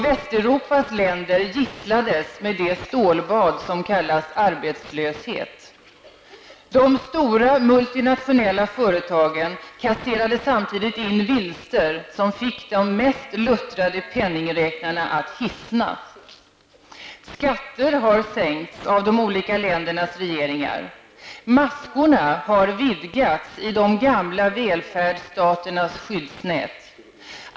Västeuropas länder gisslades med det stålbad som kallas arbetslöshet. De stora multinationella företagen kasserade samtidigt in vinster som fick de mest luttrade penningräknarna att hissna. Skatter har sänkts av de olika ländernas regeringar. Maskorna har vidgats i de gamla välfärdsstaternas skyddsnät.